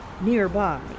nearby